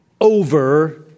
over